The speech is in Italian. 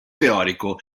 teorico